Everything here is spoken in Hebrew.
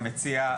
המציע,